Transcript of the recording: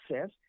says